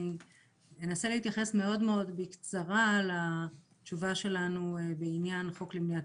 אני אנסה להתייחס בקצרה לתשובה שלנו בעניין החוק למניעת